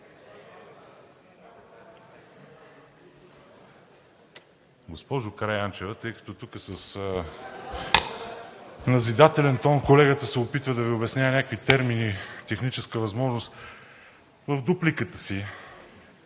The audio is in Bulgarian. Госпожо Караянчева, тъй като тук с назидателен тон колегата се опита да Ви обяснява някакви термини – техническа възможност, в дупликата си,